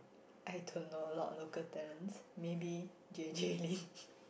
I don't know a lot of local talents maybe J_J-Lin